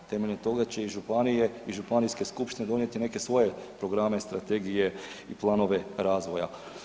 Temeljem toga će i županije i županijske skupštine donijeti neke svoje programe strategije i planove razvoja.